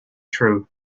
true